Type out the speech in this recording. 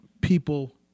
people